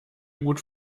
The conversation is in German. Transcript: gut